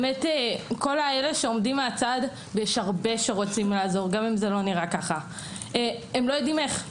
יש הרבה שרוצים לעזור, הם לא יודעים איך.